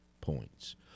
points